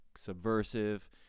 subversive